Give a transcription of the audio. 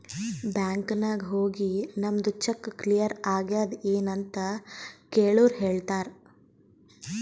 bank ನಾಗ್ ಹೋಗಿ ನಮ್ದು ಚೆಕ್ ಕ್ಲಿಯರ್ ಆಗ್ಯಾದ್ ಎನ್ ಅಂತ್ ಕೆಳುರ್ ಹೇಳ್ತಾರ್